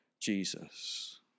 Jesus